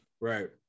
right